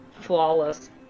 Flawless